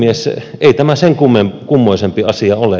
ei tämä sen kummoisempi asia ole